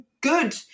good